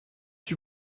fut